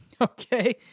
Okay